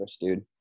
dude